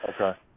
Okay